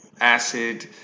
acid